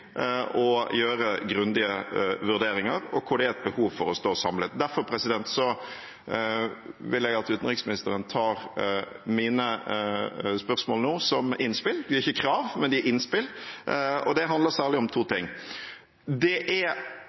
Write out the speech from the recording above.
gjøre grundige vurderinger, og hvor det er et behov for å stå samlet. Derfor vil jeg at utenriksministeren tar mine spørsmål nå som innspill. De er ikke krav, de er innspill. Det handler særlig om to ting. Det er